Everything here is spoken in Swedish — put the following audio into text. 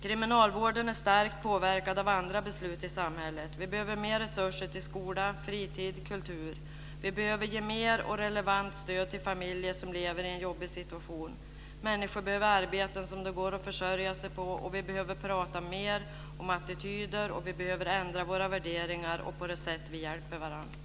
Kriminalvården är starkt påverkad av andra beslut i samhället. Vi behöver mer resurser till skola, fritid och kultur. Vi behöver ge mer och relevant stöd till familjer som lever i en jobbig situation. Människor behöver arbeten som det går att försörja sig på. Vi behöver prata mer om attityder, och vi behöver ändra våra värderingar och de sätt som vi hjälper varandra på.